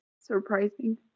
surprising